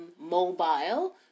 mobile